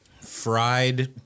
fried